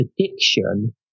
addiction